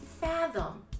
fathom